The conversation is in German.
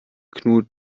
knut